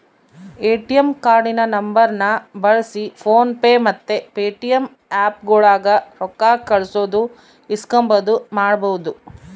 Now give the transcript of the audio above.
ATM ಕಾರ್ಡಿನ ನಂಬರ್ನ ಬಳ್ಸಿ ಫೋನ್ ಪೇ ಮತ್ತೆ ಪೇಟಿಎಮ್ ಆಪ್ಗುಳಾಗ ರೊಕ್ಕ ಕಳ್ಸೋದು ಇಸ್ಕಂಬದು ಮಾಡ್ಬಹುದು